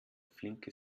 flinke